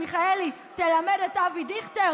מיכאלי תלמד את אבי דיכטר,